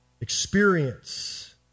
experience